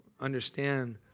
understand